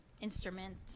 Instrument